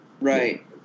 Right